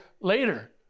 later